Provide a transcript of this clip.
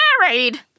married